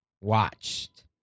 watched